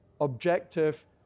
objective